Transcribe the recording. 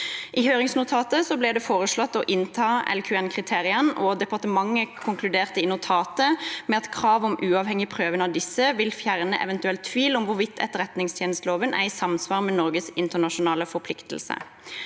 I høringsnotatet ble det foreslått å innta disse kriteriene, og departementet konkluderte i notatet med at et krav om uavhengig prøving av disse vil fjerne eventuell tvil om hvorvidt etterretningstjenesteloven er i samsvar med Norges internasjonale forpliktelser.